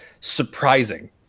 surprising